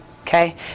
Okay